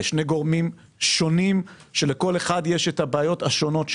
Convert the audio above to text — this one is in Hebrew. שני גורמים שונים שלכל אחד יש את הבעיות השונות שלו,